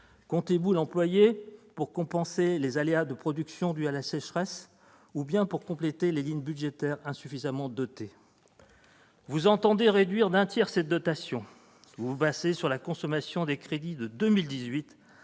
Comptez-vous l'employer pour compenser les aléas de production dus à la sécheresse ou bien pour compléter des lignes budgétaires insuffisamment dotées ? Vous entendez réduire d'un tiers cette dotation, en vous fondant sur la consommation des crédits de 2018,